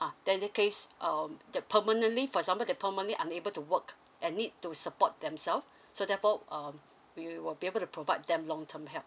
ah then that case um they're permanently for example they're permanently unable to work and need to support themselves so the pope um we will be able to provide them long term help